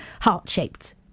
Heart-shaped